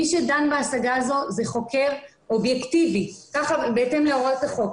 מי שדן בהשגה הזו זה חוקר אובייקטיבי בהתאם לחוק החוק.